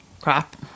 crap